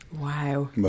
Wow